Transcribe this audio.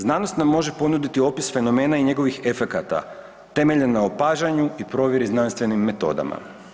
Znanost nam može ponuditi opis fenomena i njegovih efekata temeljene na opažanju i provjerenim znanstvenim metodama.